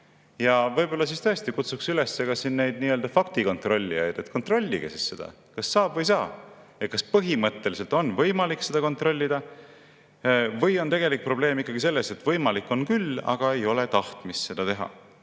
Võib-olla kutsuks üles siin neid nii-öelda faktikontrollijaid, et kontrollige, kas saab või ei saa. Kas põhimõtteliselt on võimalik seda kontrollida või on tegelik probleem ikkagi selles, et võimalik on küll, aga ei ole tahtmist seda teha